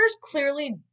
clearly